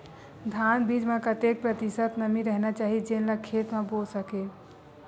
धान बीज म कतेक प्रतिशत नमी रहना चाही जेन ला खेत म बो सके?